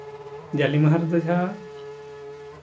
ᱡᱟᱞᱮ ᱢᱟᱦᱟ ᱨᱮᱫᱚ ᱡᱟᱦᱟᱸ